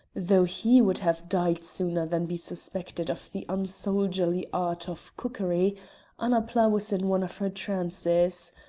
though he would have died sooner than be suspected of the unsoldierly art of cookery annapla was in one of her trances.